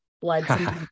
blood